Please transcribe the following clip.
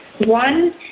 One